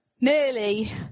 Nearly